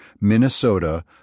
Minnesota